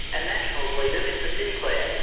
and nationals leader, mr sinclair,